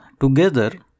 together